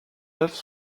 œuvres